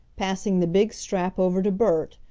passing the big strap over to bert,